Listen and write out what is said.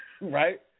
Right